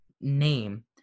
name